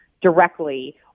directly